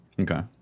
okay